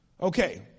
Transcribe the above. Okay